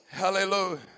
Hallelujah